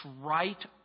right